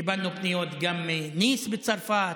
קיבלנו פניות גם מניס בצרפת,